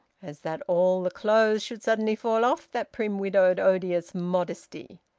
as that all the clothes should suddenly fall off that prim, widowed, odious modesty.